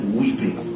weeping